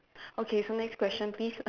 okay so next question please